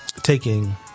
taking